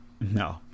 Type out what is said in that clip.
No